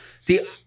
see